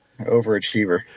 Overachiever